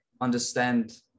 understand